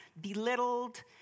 belittled